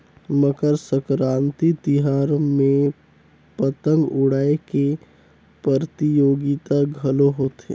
मकर संकरांति तिहार में पतंग उड़ाए के परतियोगिता घलो होथे